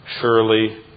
surely